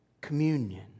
Communion